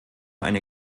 eine